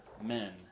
men